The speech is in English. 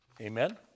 Amen